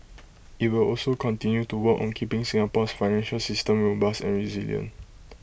IT will also continue to work on keeping Singapore's financial system robust and resilient